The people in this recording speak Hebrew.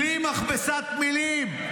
בלי מכבסת מילים,